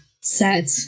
set